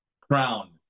crown